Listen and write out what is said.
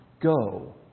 go